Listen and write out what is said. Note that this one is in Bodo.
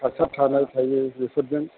हासार थानाय थायै बेफोरजों